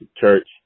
church